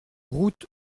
route